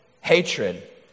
hatred